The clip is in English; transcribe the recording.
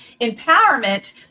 Empowerment